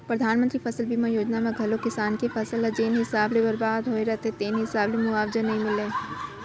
परधानमंतरी फसल बीमा योजना म घलौ किसान के फसल ह जेन हिसाब ले बरबाद होय रथे तेन हिसाब ले मुवावजा नइ मिलय